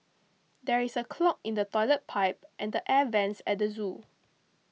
there is a clog in the Toilet Pipe and the Air Vents at the zoo